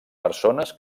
persones